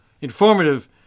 informative